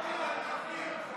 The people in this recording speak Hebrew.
כספים.